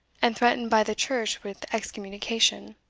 and threatened by the church with excommunication,